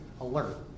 alert